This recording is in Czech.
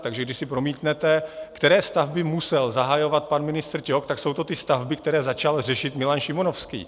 Takže když si promítnete, které stavby musel zahajovat pan ministr Ťok, tak jsou to ty stavby, které začal řešit Milan Šimonovský.